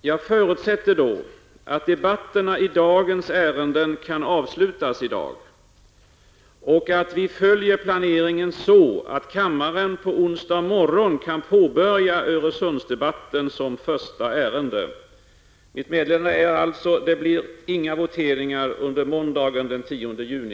Jag förutsätter då att debatten i dagens ärenden kan avslutas i dag och att vi följer planeringen så, att kammaren på onsdag morgon kan påbörja Öresundsdebatten som första ärende. Mitt meddelande är alltså att det inte blir några voteringar under måndagen den 10 juni.